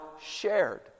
shared